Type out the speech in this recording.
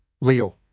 Leo